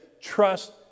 trust